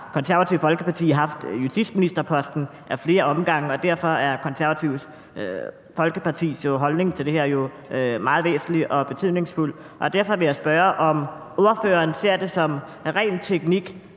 Konservative Folkeparti haft justitsministerposten ad flere omgange, og derfor er Det Konservative Folkepartis holdning til det her jo meget væsentlig og betydningsfuld. Derfor vil jeg spørge, om ordføreren ser det som ren teknik,